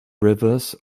rivers